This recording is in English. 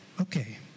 Okay